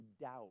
doubt